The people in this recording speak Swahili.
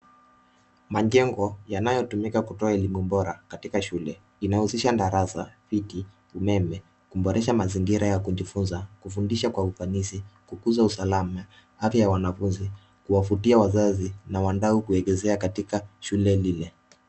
Majengo yanayotumika kutoa elimu bora katika shule inahusisha darasa, viti, umeme, kuboresha mazingira ya kujifunza, kufundisha kwa ufanisi, kukuza usalama, afya ya wanafunzi, kuwavutia wazazi na wadau kuegezea katika shule lile.